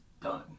done